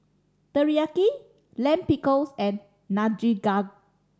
Teriyaki Lime Pickles and Nikujaga